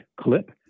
clip